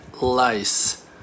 lice